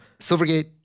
Silvergate